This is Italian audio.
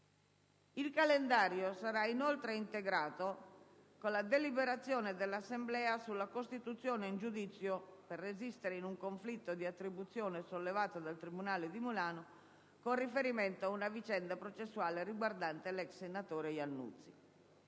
Il calendario sarà inoltre integrato con la deliberazione dell'Assemblea sulla costituzione in giudizio per resistere in un conflitto di attribuzione sollevato dal tribunale di Milano, con riferimento a una vicenda processuale riguardante l'ex senatore Iannuzzi.